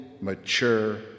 mature